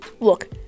Look